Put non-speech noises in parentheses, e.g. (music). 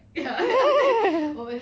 (laughs)